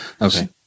Okay